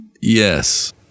Yes